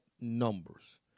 numbers